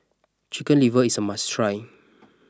Chicken Liver is a must try